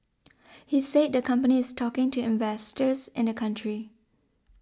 he said the company is talking to investors in the country